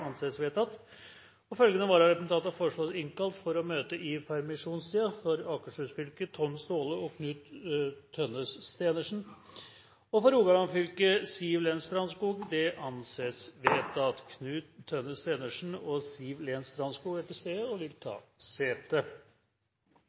anses vedtatt. Følgende vararepresentanter foreslås innkalt for å møte i permisjonstiden: For Akershus fylke: Tom Staahle og Knut Tønnes Steenersen For Rogaland fylke: Siv-Len Strandskog – Det anses vedtatt. Knut Tønnes Steenersen og Siv-Len Strandskog er til stede og vil ta